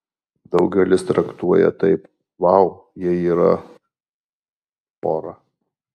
daugelis traktuoja taip vau jie yra pora